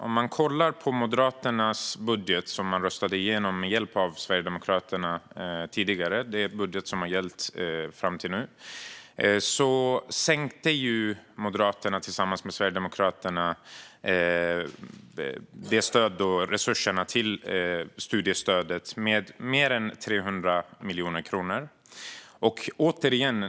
Om man tittar på Moderaternas budget som tidigare röstades igenom med hjälp av Sverigedemokraterna, den budget som har gällt fram till nu, ser man att Moderaterna tillsammans med Sverigedemokraterna minskade resurserna till studiestödet med mer än 300 miljoner kronor.